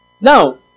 Now